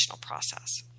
process